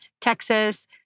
Texas